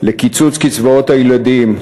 קיצוץ קצבאות הילדים.